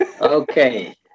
Okay